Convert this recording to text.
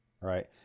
right